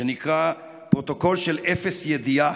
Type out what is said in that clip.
"פרוטוקול של אפס ידיעה".